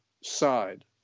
side